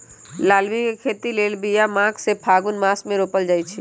लालमि के खेती लेल बिया माघ से फ़ागुन मास मे रोपल जाइ छै